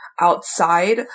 outside